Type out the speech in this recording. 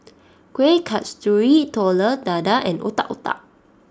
Kueh Kasturi Telur Dadah and Otak Otak